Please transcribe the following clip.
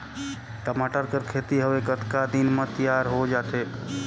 टमाटर कर खेती हवे कतका दिन म तियार हो जाथे?